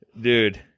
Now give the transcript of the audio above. Dude